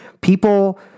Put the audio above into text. people